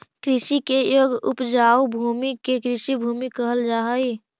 कृषि के योग्य उपजाऊ भूमि के कृषिभूमि कहल जा हई